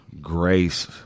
grace